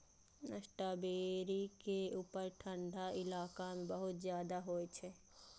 strawberry के उपज ठंढा इलाका मे बहुत ज्यादा होइ छै